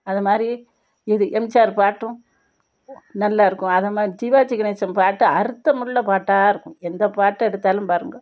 அதை மாதிரி இது எம்ஜிஆர் பாட்டும் நல்லா இருக்கும் அதை மாதிரி சிவாஜி கணேசன் பாட்டும் அர்த்தமுள்ள பாட்டாக இருக்கும் எந்த பாட்டை எடுத்தாலும் பாருங்க